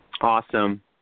awesome